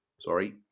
sorry